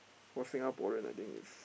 for Singaporean I think is